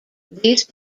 these